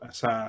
sa